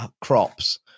crops